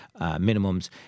minimums